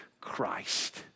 Christ